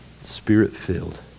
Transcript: spirit-filled